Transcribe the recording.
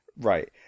right